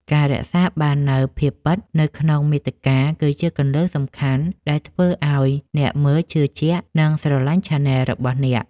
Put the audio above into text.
ការរក្សាបាននូវ ភាពពិត នៅក្នុងមាតិកា គឺជាគន្លឹះសំខាន់ដែលធ្វើឱ្យអ្នកមើលជឿជាក់ និងស្រឡាញ់ឆានែលរបស់អ្នក។